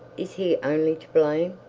is he only to blame?